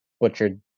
butchered